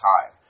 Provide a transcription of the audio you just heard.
time